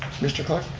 mr. clerk.